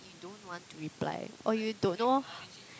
you don't want to reply or you don't know